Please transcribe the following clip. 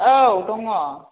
औ दङ